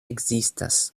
ekzistas